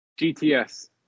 GTS